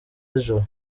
z’ijoro